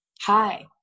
Hi